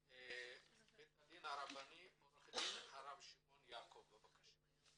בית הדין הרבני, עורך הדין הרב שמעון יעקבי בבקשה.